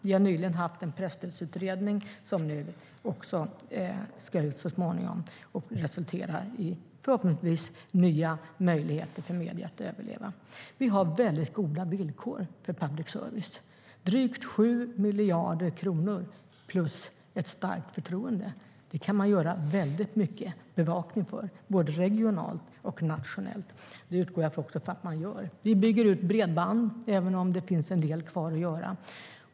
Vi har nyligen haft en presstödsutredning som så småningom ska ut och förhoppningsvis resultera i nya möjligheter för medier att överleva. Vi har goda villkor för public service. Med drygt 7 miljarder kronor och ett starkt förtroende kan man göra mycket bevakning både regionalt och nationellt. Det utgår jag också från att man gör. Vi bygger ut bredband, även om det finns en del kvar att göra.